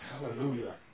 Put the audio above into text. Hallelujah